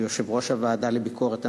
ליושב-ראש הוועדה לביקורת המדינה,